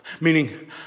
Meaning